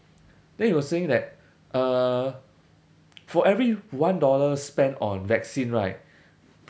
then he was saying that uh for every one dollar spent on vaccine right